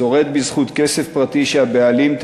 שורד בזכות כסף פרטי שהבעלים,